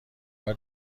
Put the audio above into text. بار